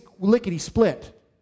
lickety-split